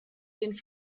den